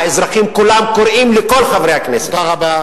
האזרחים כולם קוראים לכל חברי הכנסת, תודה רבה.